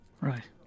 Right